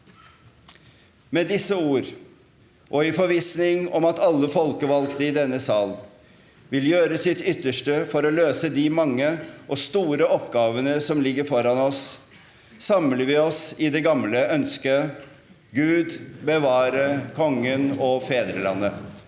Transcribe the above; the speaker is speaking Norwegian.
Med disse ord, og i forvissning om at alle folkevalgte i denne sal vil gjøre sitt ytterste for å løse de mange og store oppgavene som ligger foran oss, samler vi oss i det gamle ønsket: Gud bevare Kongen og fedrelandet!